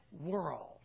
world